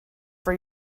for